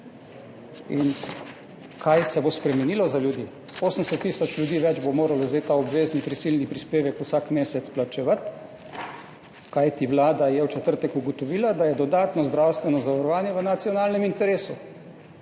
Kaj se bo spremenilo za ljudi? 80 tisoč ljudi več bo moralo zdaj plačevati ta obvezni prisilni prispevek vsak mesec, kajti Vlada je v četrtek ugotovila, da je dodatno zdravstveno zavarovanje v nacionalnem interesu,